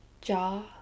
jaw